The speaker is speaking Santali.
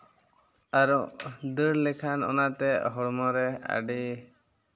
ᱟᱨᱚ ᱫᱟᱹᱲ ᱞᱮᱠᱷᱟᱱ ᱚᱱᱟᱛᱮ ᱦᱚᱲᱢᱚ ᱨᱮ ᱟᱹᱰᱤ